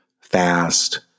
fast